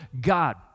God